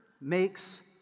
makes